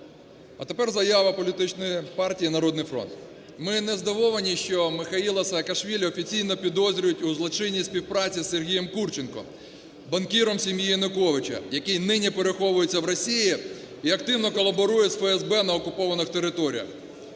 А тепер заява політичної партії "Народний фронт". Ми не здивовані, що Міхеїла Саакашвілі офіційно підозрюють у злочинній співпраці із Сергієм Курченком – банкіром сім'ї Януковича, який нині переховується в Росії і активно колоборує з ФСБ на окупованих територіях.